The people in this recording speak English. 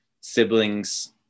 siblings